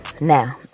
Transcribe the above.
Now